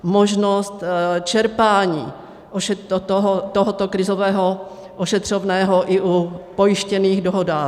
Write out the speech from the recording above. Možnost čerpání tohoto krizového ošetřovného i u pojištěných dohodářů.